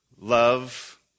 love